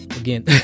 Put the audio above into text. again